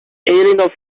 eighteen